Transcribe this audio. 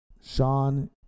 Sean